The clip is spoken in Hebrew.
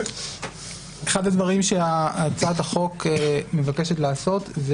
אחד הדברים שהצעת החוק מבקשת לעשות זה